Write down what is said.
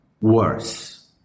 worse